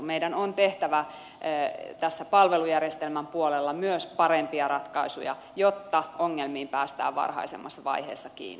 meidän on tehtävä palvelujärjestelmän puolella myös parempia ratkaisuja jotta ongelmiin päästään varhaisemmassa vaiheessa kiinni